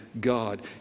God